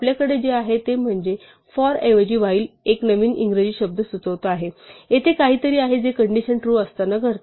आपल्याकडे जे आहे ते म्हणजे फॉर ऐवजी व्हाईल एक नवीन इंग्रजी शब्द सुचवतो आहे तसे काहीतरी आहे जे कंडिशन ट्रू असताना घडते